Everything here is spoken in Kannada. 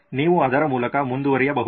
ನೀವು ಅದರ ಮೂಲಕ ಮುಂದುವರಿಯಬಹುದು